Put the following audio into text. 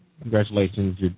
congratulations